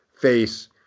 face